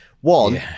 one